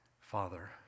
Father